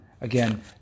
again